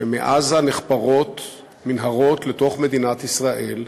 שמעזה נחפרות מנהרות לתוך מדינת ישראל.